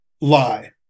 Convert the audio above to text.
lie